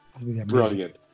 brilliant